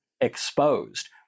exposed